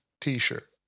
T-shirt